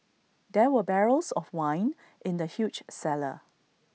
there were barrels of wine in the huge cellar